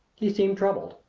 he seemed troubled.